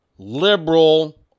liberal